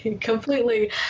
completely